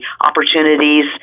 opportunities